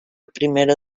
primera